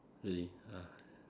really ah